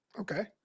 okay